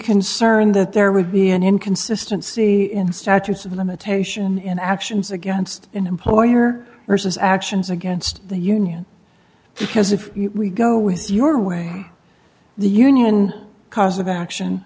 concerned that there would be an inconsistency in statutes of limitation in actions against an employer versus actions against the union because if we go with your way the union cause of action